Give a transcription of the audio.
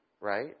right